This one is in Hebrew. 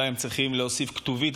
אולי הם צריכים להוסיף כתובית,